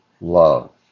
love